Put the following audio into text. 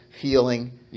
feeling